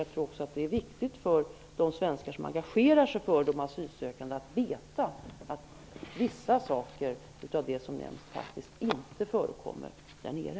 Jag tror också att det är viktigt för de svenskar som engagerar sig för de asylsökande att veta att vissa saker som nämns faktiskt inte förekommer där nere.